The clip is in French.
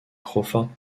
crawford